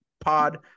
pod